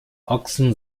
ochsen